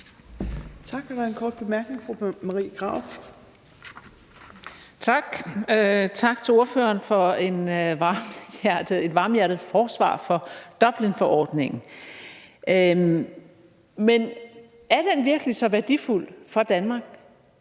Tak. Tak til ordføreren for et varmhjertet forsvar for Dublinforordningen. Men er den virkelig så værdifuld for Danmark?